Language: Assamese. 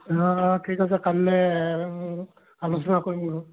অ ঠিক আছে কাইলৈ আলোচনা কৰিম আৰু